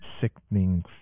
sickening